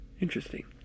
Interesting